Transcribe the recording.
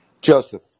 Joseph